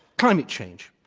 climate change,